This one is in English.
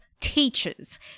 teachers